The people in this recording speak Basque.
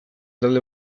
talde